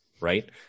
Right